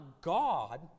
God